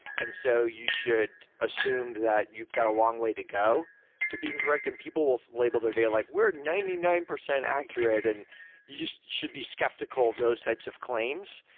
and so you should assume that you've got a long way to go to being correct, and people will label their daily life, we're ninety nine percent accurate, and you just should be skeptical of those types of claims.